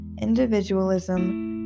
individualism